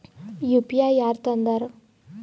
UPI ಯಾರ್ ತಂದಾರ?